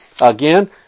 Again